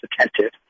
attentive